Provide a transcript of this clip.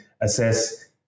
assess